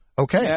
Okay